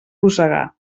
rosegar